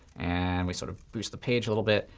and we sort of boost the page a little bit,